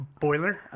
Boiler